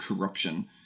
corruption